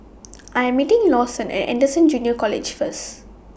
I Am meeting Lawson At Anderson Junior College First